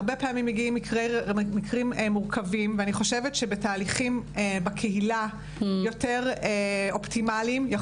הרבה פעמים מגיעים מקרים מורכבים ותהליכים בקהילה יותר אופטימליים,